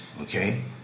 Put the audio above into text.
okay